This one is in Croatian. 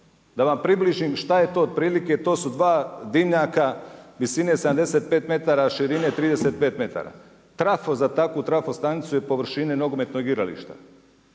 Da vam približim šta je to otprilike, to su dva dimnjaka visine 75 metara, širine 35 metara. Trafo za takvu trafostanicu je površine nogometnog igrališta.